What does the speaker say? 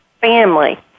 family